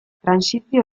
trantsizio